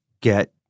get